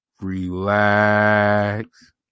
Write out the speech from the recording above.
Relax